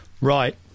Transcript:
Right